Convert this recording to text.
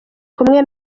kumwe